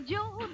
Joe